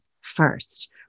first